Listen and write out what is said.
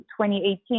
2018